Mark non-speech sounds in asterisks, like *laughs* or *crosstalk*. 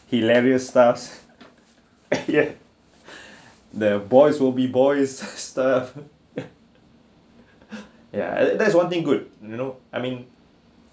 hilarious task *laughs* yet the boys will be boys stuff *laughs* ya uh that's one thing good you know I mean